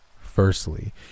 Firstly